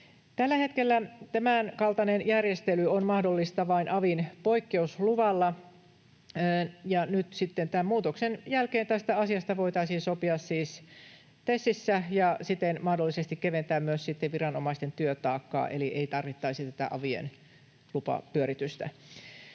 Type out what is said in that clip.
Tällä hetkellä tämänkaltainen järjestely on mahdollista vain avin poikkeusluvalla, ja nyt sitten tämän muutoksen jälkeen tästä asiasta voitaisiin sopia siis TESissä ja siten mahdollisesti keventää myös viranomaisten työtaakkaa, eli ei tarvittaisi tätä avien lupapyöritystä.